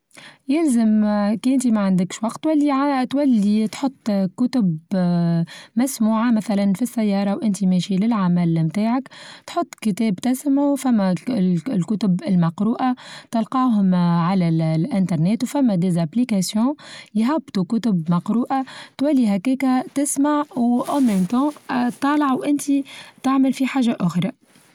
يلزم كأنت معندكش وقت تولى عا تولي تحط كتب آآ مسموعة مثلا في السيارة وأنت ماشي للعمل بتاعك تحط كتاب تسمه فما ال-الكتب المقروءة تلقاهم آآ على الإنترنت فما ديزابليكازيو يهبطو كتب مقروءة تولي هكاكا تسمع طالعة وأنت تعمل في حاجة أخرى.